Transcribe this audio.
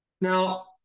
now